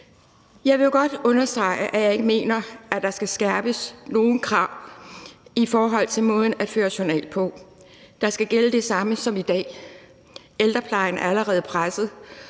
Jeg vil jo godt understrege, at jeg ikke mener, at der skal skærpes nogen krav i forhold til måden at føre journal på. Der skal gælde det samme som i dag. Ældreplejen er allerede presset,